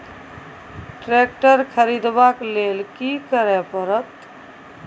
Tractor खरीदबाक लेल की करय परत?